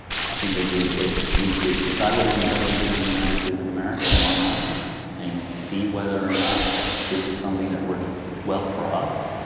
i think that that we should decide what is in the best interest of the united states of america and our market and see whether or not this is something that works well for us.